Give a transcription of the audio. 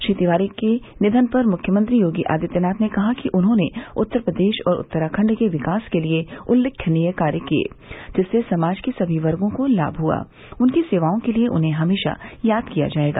श्री तिवारी के निघन पर मुख्यमंत्री योगी आदित्यनाथ ने कहा कि उन्होंने उत्तर प्रदेश और उत्तराखंड के विकास के लिये उल्लेखनीय कार्य किये जिससे समाज के सभी वर्गो को लाम हुआ उनकी सेवाओं के लिये उन्हे हमेशा याद किया जायेगा